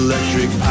Electric